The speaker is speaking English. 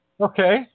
Okay